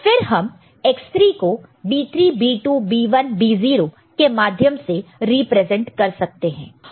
फिर हम X3 को B3 B2 B1 B0 के माध्यम से रिप्रेजेंट कर सकते हैं